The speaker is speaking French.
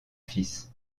fils